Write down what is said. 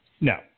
No